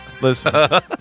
listen